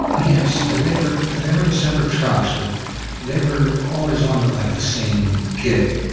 yes, they were they were in separate trucks, but they were always on the like the same gig.